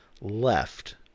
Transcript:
left